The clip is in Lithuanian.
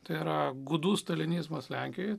tai yra gūdus stalinizmas lenkijoj